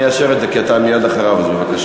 אני אאשר את זה, כי אתה מייד אחריו, אז בבקשה.